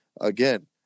again